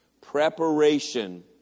Preparation